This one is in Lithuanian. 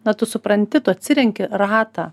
na tu supranti tu atsirenki ratą